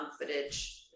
footage